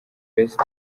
best